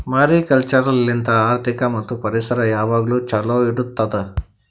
mariculture ಲಿಂತ್ ಆರ್ಥಿಕ ಮತ್ತ್ ಪರಿಸರ ಯಾವಾಗ್ಲೂ ಛಲೋ ಇಡತ್ತುದ್